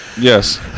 Yes